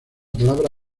palabra